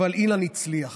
אבל אילן הצליח,